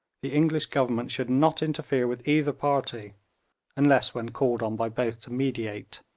the english government should not interfere with either party unless when called on by both to mediate.